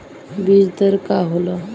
बीज दर का वा?